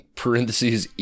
parentheses